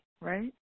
right